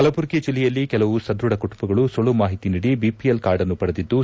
ಕಲಬುರಗಿ ಜೆಲ್ಲೆಯಲ್ಲಿ ಕೆಲವು ಸದೃಢ ಕುಟುಂಬಗಳು ಸುಳ್ಳು ಮಾಹಿತಿ ನೀಡಿ ಬಿಪಿಎಲ್ ಕಾರ್ಡ್ನ್ನು ಪಡೆದಿದ್ದು